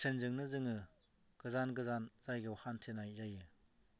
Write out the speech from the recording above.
ट्रेनजोंनो जोङो गोजान गोजान जायगायाव हान्थिनाय जायो